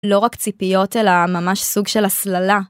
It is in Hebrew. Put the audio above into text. לא רק ציפיות אלא ממש סוג של אסללה.